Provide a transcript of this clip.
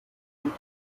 ionen